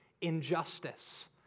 injustice